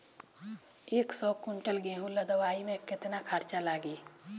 एक सौ कुंटल गेहूं लदवाई में केतना खर्चा लागी?